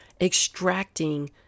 extracting